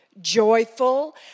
joyful